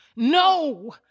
No